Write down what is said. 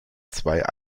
zwei